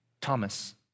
Thomas